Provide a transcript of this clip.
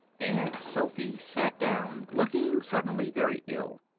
aunt sophy sat down, looking suddenly very ill.